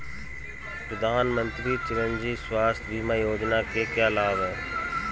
मुख्यमंत्री चिरंजी स्वास्थ्य बीमा योजना के क्या लाभ हैं?